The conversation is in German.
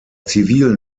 zivilen